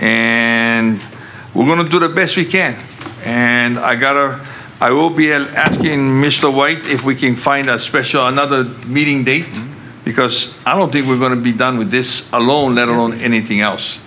and we're going to do the best we can and i got a i will be asking mr white if we can find a special another meeting date because i don't think we're going to be done with this alone let alone anything else